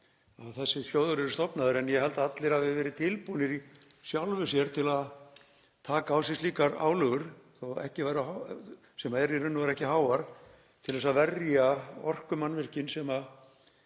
þessi sjóður var stofnaður en ég held að allir hafi verið tilbúnir í sjálfu sér til að taka á sig slíkar álögur, sem eru í raun og veru ekki háar, til að verja orkumannvirkin sem